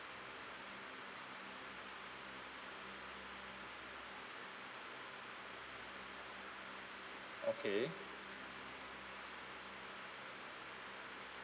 okay